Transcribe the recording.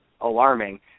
alarming